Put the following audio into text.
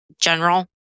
general